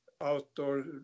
outdoor